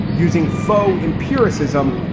using faux empiricism.